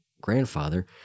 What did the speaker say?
grandfather